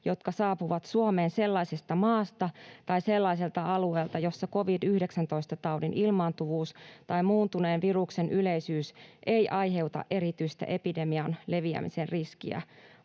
jotka saapuvat Suomeen sellaisesta maasta tai sellaiselta alueelta, jossa covid-19-taudin ilmaantuvuus tai muuntuneen viruksen yleisyys ei aiheuta erityistä epidemian leviämisen riskiä.